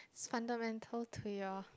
fundamental to your